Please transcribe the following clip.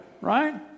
Right